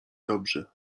dobrzy